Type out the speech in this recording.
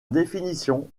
définition